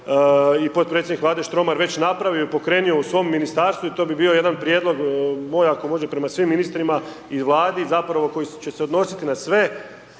i podpredsjednik Vlade Štromar već napravio i pokrenio u svom ministarstvu i to bi bio jedan prijedlog moj ako može prema svim ministrima i Vladi zapravo koji će se odnositi na sve